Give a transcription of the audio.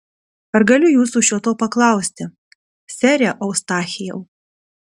ar galiu jūsų šio to paklausti sere eustachijau